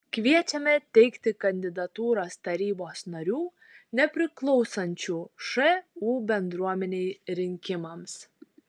kviečiame teikti kandidatūras tarybos narių nepriklausančių šu bendruomenei rinkimams